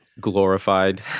Glorified